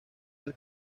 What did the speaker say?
del